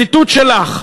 ציטוט שלך.